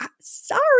sorry